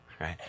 right